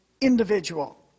Individual